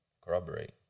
corroborate